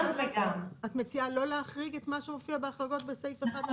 את מציעה לא להחריג את מה שמופיע בהחרגות בסעיף 1?